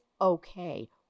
okay